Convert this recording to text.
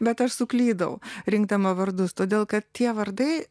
bet aš suklydau rinkdama vardus todėl kad tie vardai